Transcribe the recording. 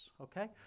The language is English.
Okay